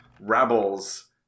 rebels